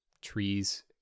trees